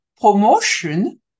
promotion